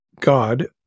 God